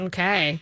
Okay